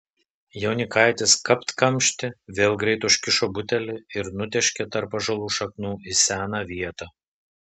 jaunikaitis kapt kamštį vėl greit užkišo butelį ir nutėškė tarp ąžuolo šaknų į seną vietą